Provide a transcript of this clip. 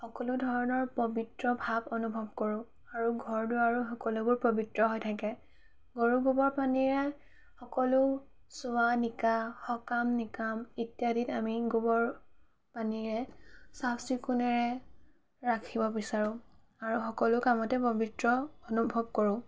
সকলো ধৰণৰ পবিত্ৰ ভাব অনুভৱ কৰোঁ আৰু ঘৰ দুৱাৰো সকলোবোৰ পবিত্ৰ হৈ থাকে গৰুৰ গোৱৰ পানীৰে সকলো চুৱা নিকা সকাম নিকাম ইত্যাদিত আমি গোৱৰ পানীৰে চাফ চিকুণেৰে ৰাখিব বিচাৰোঁ আৰু সকলো কামতে পবিত্ৰ অনুভৱ কৰোঁ